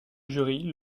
jury